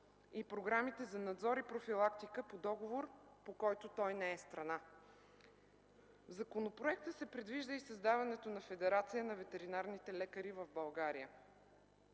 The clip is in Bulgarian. и програмите за надзор и профилактика по договор, по който той не е страна. В законопроекта се предвижда и създаването на Федерация на ветеринарните лекари в България.